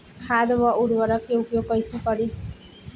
खाद व उर्वरक के उपयोग कइसे करी?